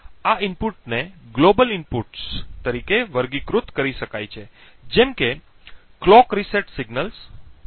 આ ઇનપુટ્સને વૈશ્વિક ઇનપુટ્સ તરીકે વર્ગીકૃત કરી શકાય છે જેમ કે clock રીસેટ સિગ્નલ વગેરે